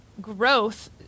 growth